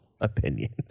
opinion